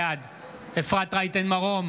בעד אפרת רייטן מרום,